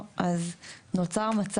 ויותר מזה,